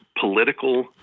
political